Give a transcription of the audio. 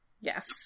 Yes